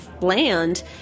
land